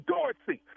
Dorothy